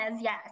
yes